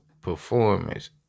performance